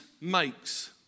makes